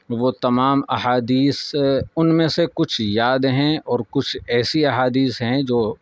وہ تمام احادیث ان میں سے کچھ یاد ہیں اور کچھ ایسی احادیث ہیں جو